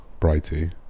brighty